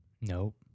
Nope